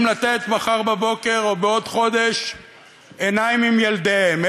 לתת מחר בבוקר או בעוד חודש עיניים עם ילדיהם,